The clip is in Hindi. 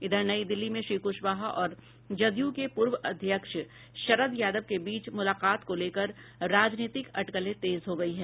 इधर नई दिल्ली में श्री कुशवाहा और जदयू के पूर्व अध्यक्ष शरद यादव के बीच मुलाकात को लेकर राजनीतिक अटकले तेज हो गयी है